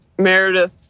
Meredith